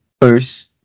first